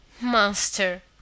Monster